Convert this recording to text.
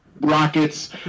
rockets